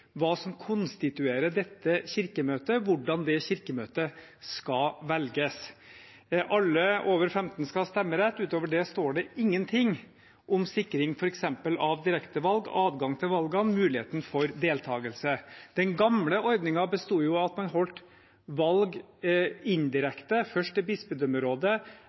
hva som konstituerer dette Kirkemøtet – hvordan det Kirkemøtet skal velges. Alle over 15 år skal ha stemmerett, men utover det står det ingenting om sikring f.eks. av direkte valg, adgang til valgene og mulighet for deltagelse. Den gamle ordningen besto av at man avholdt valg indirekte, først til